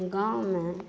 गाममे